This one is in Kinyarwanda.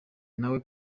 nawe